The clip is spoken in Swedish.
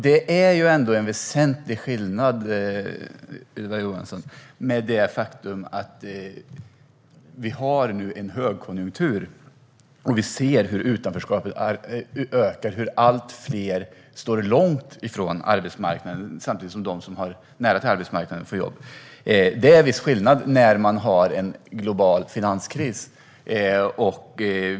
Det är ändå en väsentlig skillnad, Ylva Johansson, när vi nu har en högkonjunktur. Vi ser hur utanförskapet ökar och allt fler står långt från arbetsmarknaden samtidigt som de som har nära till arbetsmarknaden får jobb. Det är en viss skillnad när man har en global finanskris.